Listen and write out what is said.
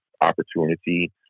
opportunity